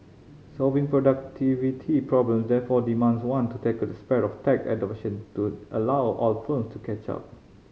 solving productivity problem therefore demands one to tackle the spread of tech adoption to allow all firm to catch up